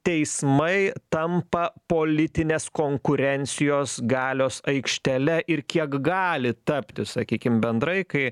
teismai tampa politinės konkurencijos galios aikštele ir kiek gali tapti sakykim bendrai kai